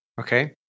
Okay